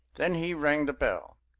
then he rang the bell.